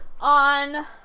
On